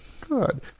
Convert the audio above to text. Good